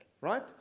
right